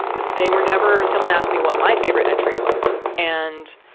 they were never someone asked me what my favorite entry was. and,